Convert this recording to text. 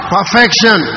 Perfection